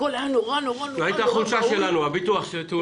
זאת הייתה החולשה שלנו, הביטוח.